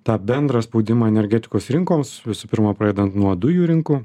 tą bendrą spaudimą energetikos rinkoms visų pirma pradedant nuo dujų rinkų